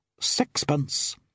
Sixpence